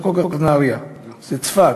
זה לא כל כך נהרייה, זה צפת.